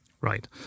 Right